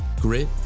grit